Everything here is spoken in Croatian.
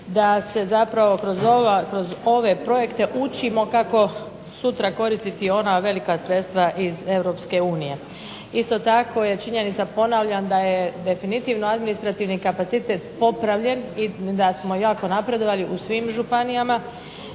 da se zapravo kroz ove projekte učimo kako sutra koristiti ona velika sredstva iz Europske unije. Isto tako je činjenica ponavljam da je definitivno administrativni kapacitet popravljen i da smo jako napredovali u svim županijama